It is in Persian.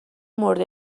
مورد